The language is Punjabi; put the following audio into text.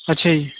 ਅੱਛਾ ਜੀ